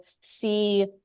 see